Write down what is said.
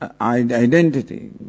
identity